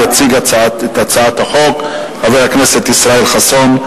יציג את הצעת החוק חבר הכנסת ישראל חסון.